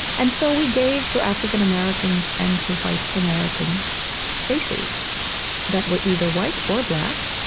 and so we gave to african americans and to white americans faces that were either white or black,